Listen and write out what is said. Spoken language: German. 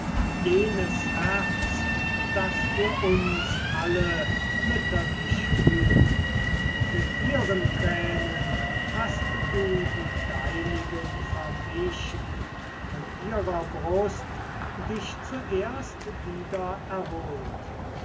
jenes herz das für uns alle mütterlich fühlt mit ihren thränen hast du die deinigen vermischt an ihrer brust dich zuerst wieder erholt